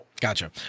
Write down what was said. Gotcha